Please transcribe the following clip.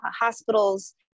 hospitals